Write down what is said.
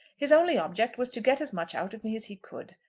his only object was to get as much out of me as he could.